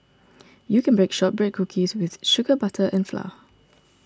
you can bake Shortbread Cookies with sugar butter and flour